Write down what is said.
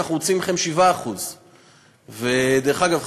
אנחנו רוצים 7%. אגב,